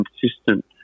consistent